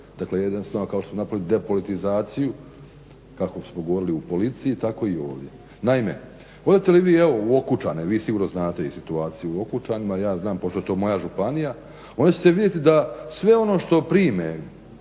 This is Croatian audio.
dakle jednostavno kao što smo napravili depolitizaciju kako smo govorili u policiji, tako i ovdje. Naime, odete li vi u Okučane, vi sigurno znate i situaciju u Okučanima, ja znam pošto je to moja županija, onda ćete vidjeti da sve ono što prime